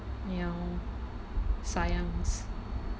ya sayang